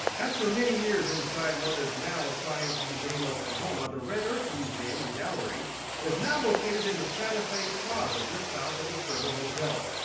after many years inside what is now science museum oklahoma, the red earth museum and gallery is now located in the santa fe plaza, just south of the skirvin hotel.